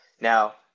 Now